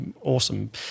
awesome